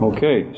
Okay